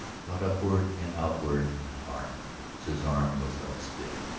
brought upward and outward in an arc as his arm was held stiff,